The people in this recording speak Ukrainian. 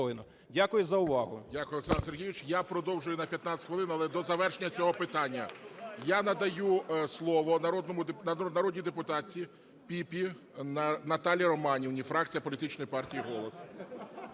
Дякую за увагу.